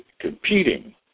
competing